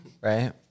right